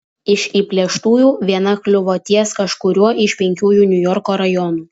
iš įplėštųjų viena kliuvo ties kažkuriuo iš penkių niujorko rajonų